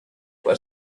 for